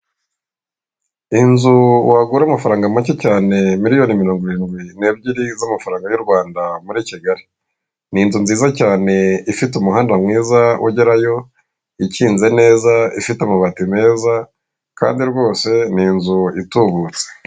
Inzu wagura amafaranga make cyane miliyoni mirongo irindwi n'ebyiri z'amafaranga y'u Rwanda muri Kigali. Ni inzu nziza cyane ifite umuhanda mwiza ugerayo, ikinze neza, ifite amabati meza kandi rwose ni inzu itubutse.